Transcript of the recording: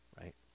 Right